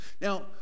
Now